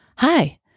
Hi